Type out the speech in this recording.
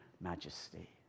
majesty